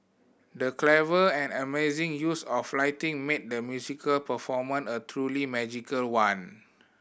the clever and amazing use of lighting made the musical performance a truly magical one